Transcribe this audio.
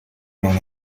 non